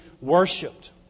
worshipped